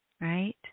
right